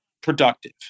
productive